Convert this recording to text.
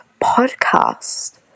podcast